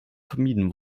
vermieden